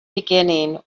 beginning